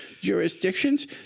jurisdictions